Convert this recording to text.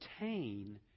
obtain